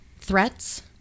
threats